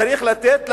צריך לתת לתושבים,